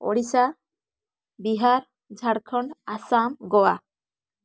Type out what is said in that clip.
Odisha Bihar Jharkhand Assam Goa